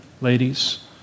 ladies